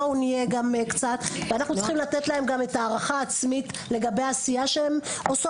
בואו נהיה גם קצת אנחנו צריכים לתת להן הערכה עצמית לגבי הסיוע שלהן,